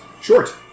Short